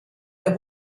der